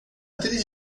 três